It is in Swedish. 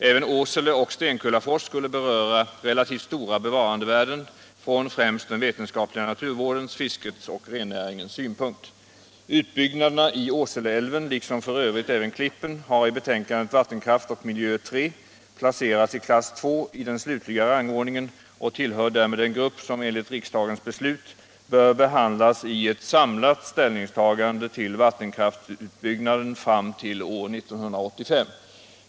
Även Åsele och Stenkullafors skulle beröra relativt stora bevarandevärden från främst den vetenskapliga naturvårdens, fiskets och rennäringens synpunkt. Utbyggnaden i Åseleälven, liksom f. ö. även Klippen, har i betänkandet Vattenkraft och miljö 3 placerats i klass 2 i den slutliga rangordningen och tillhör därmed den grupp som enligt riksdagens beslut bör behandlas i ett samlat ställningstagande till vattenkraftsutbyggnaden fram till år 1985.